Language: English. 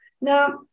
Now